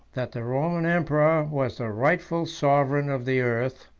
that the roman emperor was the rightful sovereign of the earth,